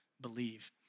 believe